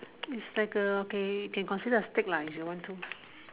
is like a okay can consider a stick lah if you want to